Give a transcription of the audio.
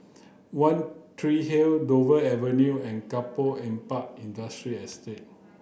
One Tree Hill Dover Avenue and Kampong Ampat Industrial Estate